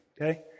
Okay